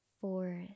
fourth